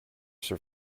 sir